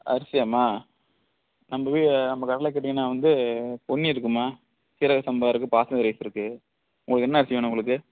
அரிசியாமா நம்ம வீ நம்ம கடையில் கேட்டிங்கனால் வந்து பொன்னி இருக்குமா சீரக சம்பா இருக்குது பாஸ்மதி ரைஸ் இருக்குது உங்களுக்கு என்ன அரிசி வேணும் உங்களுக்கு